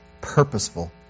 purposeful